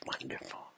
wonderful